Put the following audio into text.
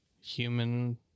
human